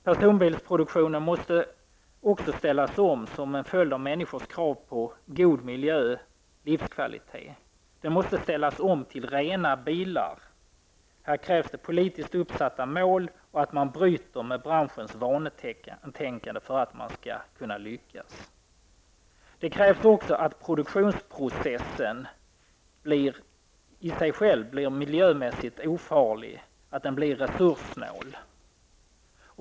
Personbilsproduktionen måste också ställas om som en följd av människors krav på god miljö och livskvalitet. Den måste ställas om till rena bilar. För att man skall lyckas krävs det här politiskt uppsatta mål och att man bryter med branschens vanetänkande. Det krävs också att produktionsprocessen i sig själv blir miljömässigt ofarlig, att den blir resurssnål.